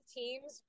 teams